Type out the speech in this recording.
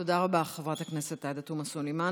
תודה רבה, חברת הכנסת עאידה תומא סלימאן.